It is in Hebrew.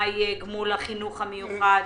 מה יהיה גמול החינוך המיוחד?